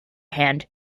hand